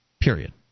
Period